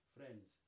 Friends